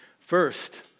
First